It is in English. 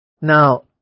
Now